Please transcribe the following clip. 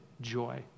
joy